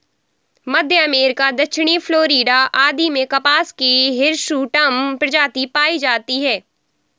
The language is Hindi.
मध्य अमेरिका, दक्षिणी फ्लोरिडा आदि में कपास की हिर्सुटम प्रजाति पाई जाती है